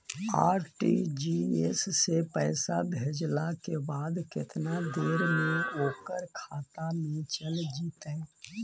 RTGS से पैसा भेजला के बाद केतना देर मे ओकर खाता मे चल जितै?